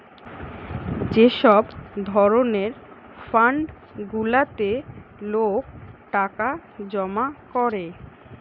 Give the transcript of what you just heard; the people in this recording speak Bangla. যে সব ধরণের ফান্ড গুলাতে লোক টাকা জমা করে